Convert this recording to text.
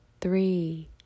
three